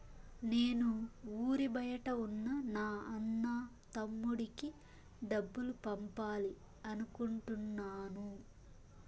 నేను ఊరి బయట ఉన్న నా అన్న, తమ్ముడికి డబ్బులు పంపాలి అనుకుంటున్నాను